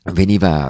veniva